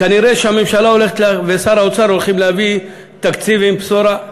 כנראה שהממשלה ושר האוצר הולכים להביא תקציב עם בשורה,